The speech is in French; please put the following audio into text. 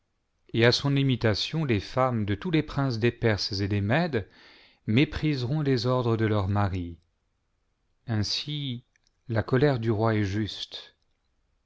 et à son imitation les femmes de tous les princes des perses et des mèdes mépriseront les ordres de leurs maris ainsi la colère du roi est juste